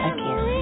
Again